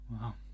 Wow